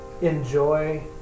enjoy